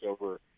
over –